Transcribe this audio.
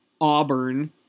Auburn